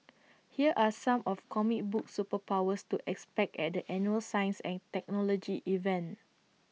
here are some of comic book superpowers to expect at the annual science and technology event